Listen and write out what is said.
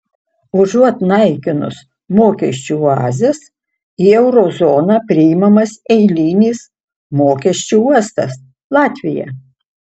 užuot naikinus mokesčių oazes į euro zoną priimamas eilinis mokesčių uostas latvija